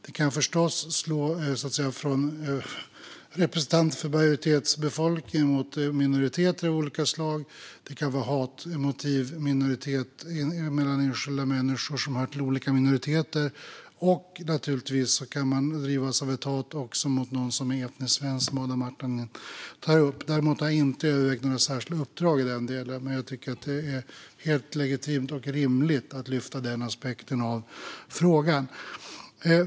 Det kan förstås slå från representanter för majoritetsbefolkningen mot minoriteter av olika slag. Det kan vara hatmotiv mellan enskilda människor som hör till olika minoriteter. Och naturligtvis kan man drivas av ett hat också mot någon som är etnisk svensk, som Adam Marttinen tar upp. Däremot har jag inte övervägt några särskilda uppdrag i den delen, men jag tycker att det är helt legitimt och rimligt att lyfta den aspekten av frågan.